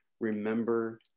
remember